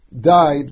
died